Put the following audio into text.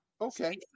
Okay